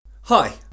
Hi